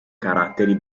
caratteri